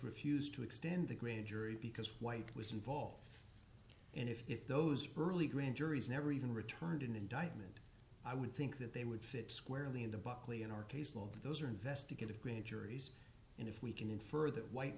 refused to extend the grand jury because white was involved and if those early grand juries never even returned an indictment i would think that they would fit squarely into buckley in our case of those are investigative grand juries and if we can infer that white